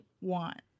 want